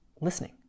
listening